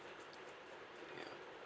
ya